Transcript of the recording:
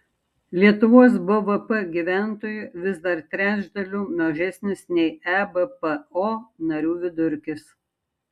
lietuvos bvp gyventojui vis dar trečdaliu mažesnis nei ebpo narių vidurkis